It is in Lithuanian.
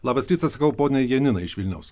labas rytas sakau poniai janinai iš vilniaus